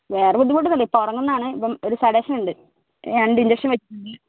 വേറെ ബുദ്ധിമുട്ടൊന്നും ഇല്ല ഇപ്പം ഉറങ്ങുന്നതാണ് ഇപ്പം ഒരു സെഡേഷൻ ഉണ്ട് രണ്ട് ഇൻജെക്ഷൻ വെച്ചിട്ടുണ്ട്